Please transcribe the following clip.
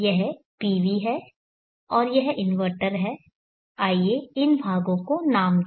यह PV है और यह इनवर्टर है आइए इन भागों को नाम दें